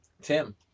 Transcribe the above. Tim